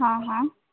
हं हं